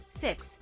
six